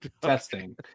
Testing